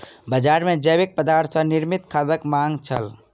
बजार मे जैविक पदार्थ सॅ निर्मित खादक मांग छल